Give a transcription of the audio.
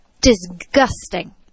disgusting